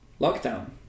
lockdown